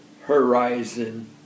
horizon